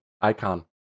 icon